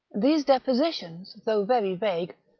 these depositions, though very vague,